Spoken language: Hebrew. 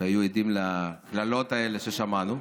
שהיו עדים לקללות האלה ששמענו.